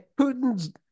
Putin's